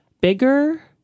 bigger